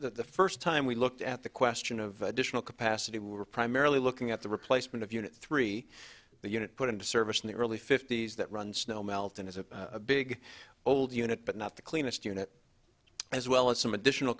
the first time we looked at the question of additional capacity we were primarily looking at the replacement of unit three the unit put into service in the early fifty's that run snow melt and is a big old unit but not the cleanest unit as well as some additional